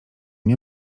nie